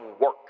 work